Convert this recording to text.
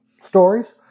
stories